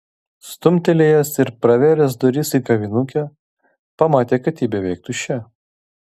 stumtelėjęs ir pravėręs duris į kavinukę pamatė kad ji beveik tuščia